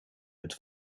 het